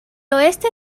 oeste